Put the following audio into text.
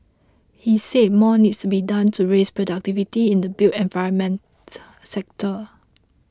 he said more needs to be done to raise productivity in the built environment sector